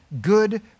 good